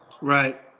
Right